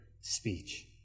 speech